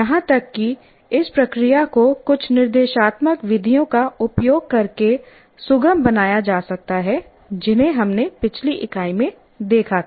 यहाँ तक कि इस प्रक्रिया को कुछ निर्देशात्मक विधियों का उपयोग करके सुगम बनाया जा सकता है जिन्हें हमने पिछली इकाई में देखा था